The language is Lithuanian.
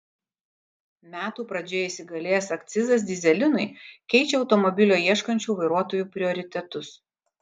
metų pradžioje įsigalėjęs akcizas dyzelinui keičia automobilio ieškančių vairuotojų prioritetus